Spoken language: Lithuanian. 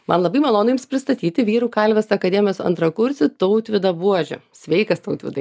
man labai malonu jums pristatyti vyrų kalvės akademijos antrakursį tautvydą buožių sveikas tautvydai